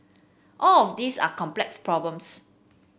all of these are complex problems